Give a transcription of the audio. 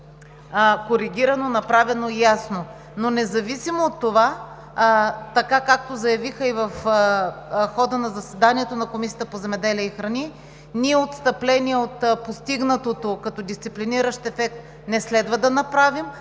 коригирано, направено и ясно.